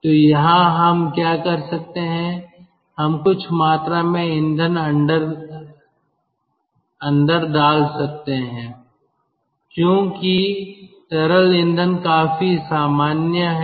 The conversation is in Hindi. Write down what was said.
तो यहाँ हम क्या कर सकते हैं हम कुछ मात्रा में ईंधन अंदर डाल सकते हैं क्योंकि तरल ईंधन काफी सामान्य हैं